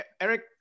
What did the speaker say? Eric